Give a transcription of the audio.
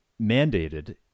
mandated